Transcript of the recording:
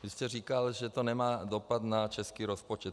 Vy jste říkal, že to nemá dopad na český rozpočet.